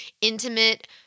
intimate